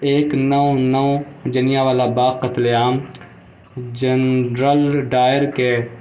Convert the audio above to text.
ایک نو نو جلیاں والا باغ قتل عام جنرل ڈائر کے